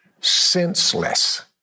senseless